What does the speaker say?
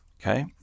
Okay